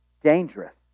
dangerous